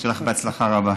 שיהיה לך בהצלחה רבה.